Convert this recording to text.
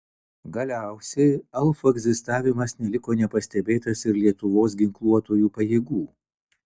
galiausiai elfų egzistavimas neliko nepastebėtas ir lietuvos ginkluotųjų pajėgų